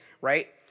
right